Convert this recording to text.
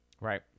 Right